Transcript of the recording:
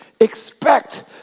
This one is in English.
Expect